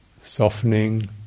Softening